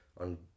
on